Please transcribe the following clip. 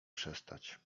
przestać